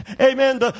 Amen